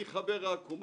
אני חבר אקו"ם.